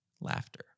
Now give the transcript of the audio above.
laughter